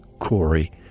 Corey